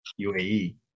UAE